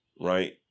right